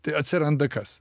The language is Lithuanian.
tai atsiranda kas